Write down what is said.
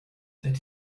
that